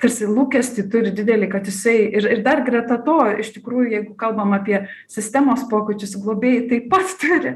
tarsi lūkestį turi didelį kad jisai ir ir dar greta to iš tikrųjų jeigu kalbam apie sistemos pokyčius globėjai taip pat turi